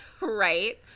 Right